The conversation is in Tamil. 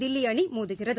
தில்லி அணி மோதுகிறது